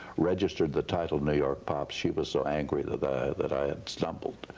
registered the title new york pops. she was so angry that i that i had stumbled,